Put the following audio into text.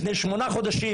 לפני שמונה חודשים,